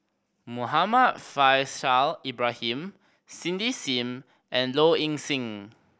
Muhammad Faishal Ibrahim Cindy Sim and Low Ing Sing